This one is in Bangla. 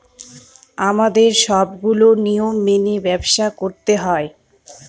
আমাদের সবগুলো নিয়ম মেনে ব্যবসা করতে হয়